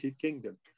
Kingdom